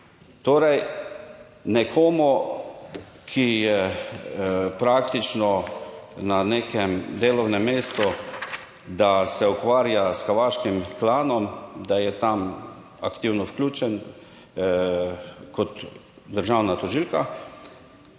Torej nekomu, ki je praktično na nekem delovnem mestu, da se ukvarja s Kavaškim planom, da je tam aktivno vključen kot državna tožilka.